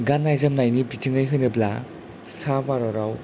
गाननाय जोमनायनि बिथिङै होनोब्ला सा भारताव